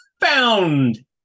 found